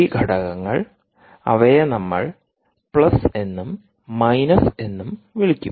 ഈ ഘടകങ്ങൾ അവയെ നമ്മൾ പ്ലസ് എന്നും മൈനസ് എന്നും വിളിക്കും